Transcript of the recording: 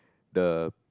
the